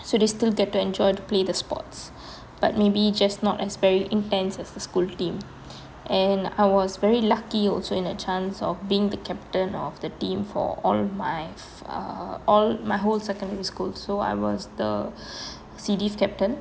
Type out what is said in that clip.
so they still get to enjoy to play the sports but maybe just not as very intense as the school team and I was very lucky also in a chance of being the captain of the team for all my err all my whole secondary school so I was the C div captain